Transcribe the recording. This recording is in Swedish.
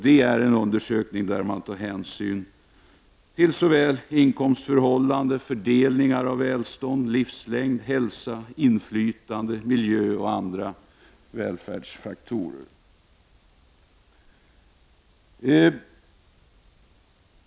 I den undersökningen tas hänsyn till inkomstförhållanden, fördelning av välstånd, livslängd, hälsa, inflytande, miljö och andra välfärdsfaktorer.